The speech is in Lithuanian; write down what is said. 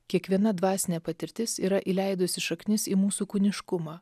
kiekviena dvasinė patirtis yra įleidusi šaknis į mūsų kūniškumą